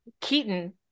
Keaton